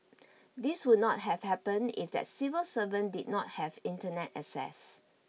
this would not have happened if that civil servant did not have Internet access